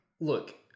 Look